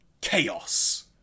chaos